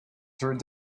through